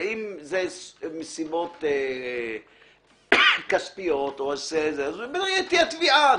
אם זה מסיבות כספיות, תהיה תביעה.